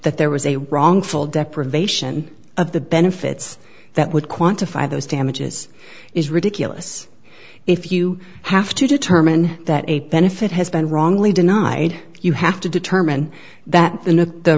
that there was a wrongful death provision of the benefits that would quantify those damages is ridiculous if you have to determine that a benefit has been wrongly denied you have to determine that